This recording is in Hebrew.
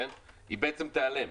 תיעלם.